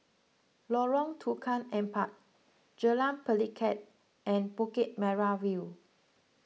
Lorong Tukang Empat Jalan Pelikat and Bukit Merah View